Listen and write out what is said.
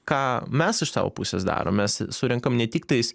ką mes iš savo pusės darom mes surenkam ne tiktais